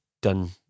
done